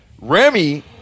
Remy